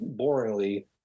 boringly